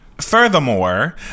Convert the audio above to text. furthermore